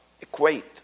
equate